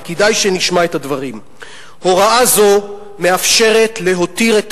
וכדאי שנשמע את הדברים: "הוראה זו מאפשרת להותיר את